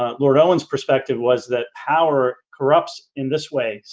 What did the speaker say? ah lord owens perspective was that power corrupts in this way?